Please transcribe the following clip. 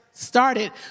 Started